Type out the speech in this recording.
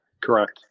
Correct